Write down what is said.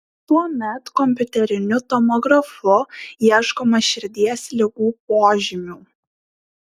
tuomet kompiuteriniu tomografu ieškoma širdies ligų požymių